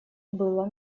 было